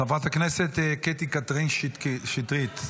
חברת הכנסת קטי קטרין שטרית,